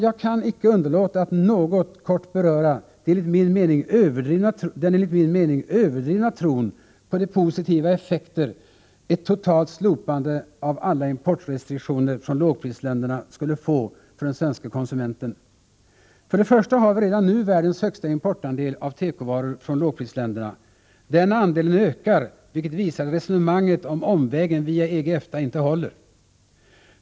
Jag kan icke underlåta att något beröra den enligt min mening överdrivna tron på de positiva effekter ett totalt slopande av alla importrestriktioner gentemot lågprisländerna skulle få för den svenske konsumenten. För det första har vi redan nu världens högsta importandel av tekovaror från lågprisländerna. Den andelen ökar, vilket visar att resonemanget om omvägen via EG/EFTA inte håller.